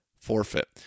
forfeit